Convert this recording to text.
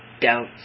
doubts